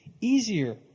easier